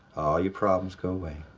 your problems go away.